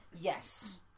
yes